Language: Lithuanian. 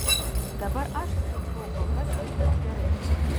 dabar aš tfu tfu kol kas viskas gerai